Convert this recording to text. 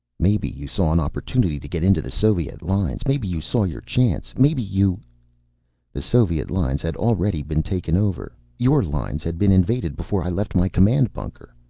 maybe you saw an opportunity to get into the soviet lines. maybe you saw your chance. maybe you the soviet lines had already been taken over. your lines had been invaded before i left my command bunker.